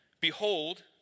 Behold